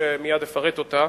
שאותה אפרט מייד,